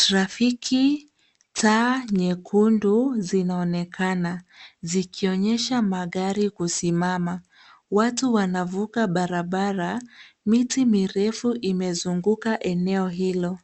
Trafiki taa nyekundu, zinaonekana zikionyesha magari kusimama. Watu wanavuka barabara. Miti mirefu imezunguka eneo hilo.